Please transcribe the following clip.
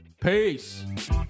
Peace